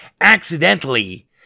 accidentally